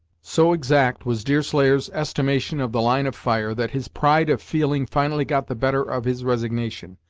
so exact was deerslayer's estimation of the line of fire, that his pride of feeling finally got the better of his resignation,